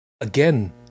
Again